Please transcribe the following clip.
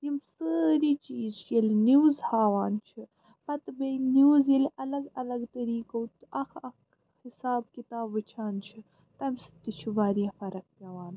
یِم سٲری چیٖز چھِ ییٚلہِ نِوٕز ہاوان چھِ پَتہٕ بیٚیہِ نِوٕز ییٚلہِ الگ الگ طٔریٖقو تہٕ اَکھ اَکھ حِساب کِتاب وُچھان چھِ تَمہِ سۭتۍ تہِ چھِ وارِیاہ فرق پیٚوان